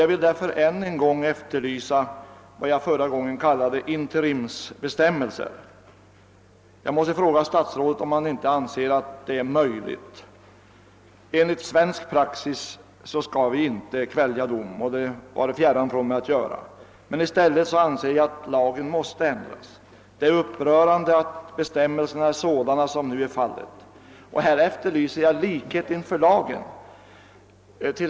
Jag vill därför än en gång efterlysa vad jag förra gången kallade interimsbestämmelser, och jag frågar statsrådet om han inte anser att det är möjligt. Enligt svensk praxis skall vi inte kvälja dom, och det vare fjärran från mig. I stället anser jag att lagen måste ändras. Det är upprörande att bestämmelserna är sådana som nu är fallet. Här efterlyser jag likhet inför lagen.